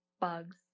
bugs